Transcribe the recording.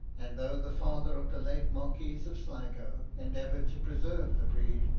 and though the father of the late marquis of sligo endeavoured to preserve the breed,